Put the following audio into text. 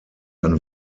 ein